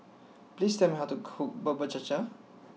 please tell me how to cook Bubur Cha Cha